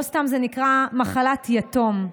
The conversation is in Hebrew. לא סתם זה נקרא "מחלת יתום".